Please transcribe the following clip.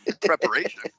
preparation